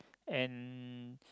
and